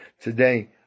today